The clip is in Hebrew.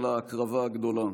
על ההקרבה הגדולה,